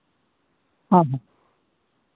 ᱦᱮᱸ